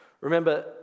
Remember